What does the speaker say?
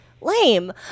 lame